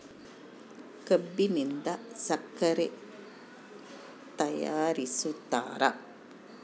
ಕಬ್ಬಿನಿಂದ ಸಕ್ಕರೆ ತಯಾರಿಸ್ತಾರ